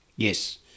Yes